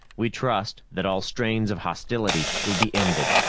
we trust that all strains of hostility will be ended.